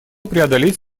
преодолеть